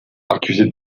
accusé